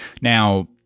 Now